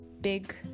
big